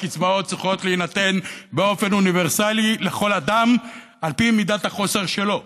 הקצבאות צריכות להינתן באופן אוניברסלי לכל אדם על פי מידת החוסר שלו: